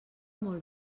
molt